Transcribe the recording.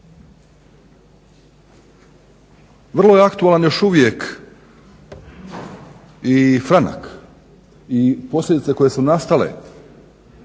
Vrlo je aktualan još uvijek i franak i posljedice koje su nastale